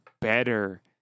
better